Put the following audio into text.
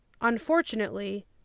Unfortunately